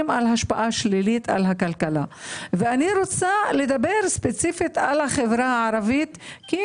על השפעה שלילית על הכלכלה ואני רוצה לדבר ספציפית על החברה הערבית כי